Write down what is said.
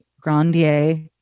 Grandier